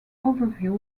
overview